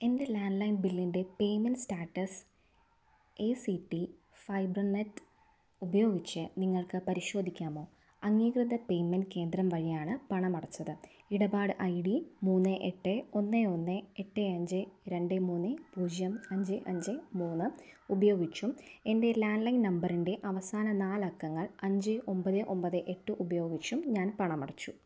എൻ്റെ ലാൻഡ്ലൈൻ ബില്ലിൻ്റെ payment status A C T fibernet ഉപയോഗിച്ച് നിങ്ങൾക്ക് പരിശോധിക്കാമോ അംഗീകൃത പേയ്മെൻ്റ് കേന്ദ്രം വഴിയാണ് പണമടച്ചത് ഇടപാട് ഐ ഡി മൂന്ന് എട്ട് ഒന്ന് ഒന്ന് എട്ട് അഞ്ച് രണ്ട് മൂന്ന് പൂജ്യം അഞ്ച് അഞ്ച് മൂന്ന് ഉപയോഗിച്ചും എൻ്റെ ലാൻഡ്ലൈൻ നമ്പറിൻ്റെ അവസാന നാലക്കങ്ങൾ അഞ്ച് ഒമ്പത് ഒമ്പത് എട്ട് ഉപയോഗിച്ചും ഞാൻ പണമടച്ചു